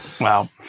Wow